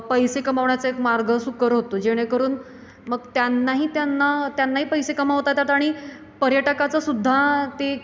पैसे कमवण्याचा एक मार्ग सुकर होतो जेणेकरून मग त्यांनाही त्यांना त्यांनाही पैसे कमावता येतात आणि पर्यटकाचंसुद्धा ते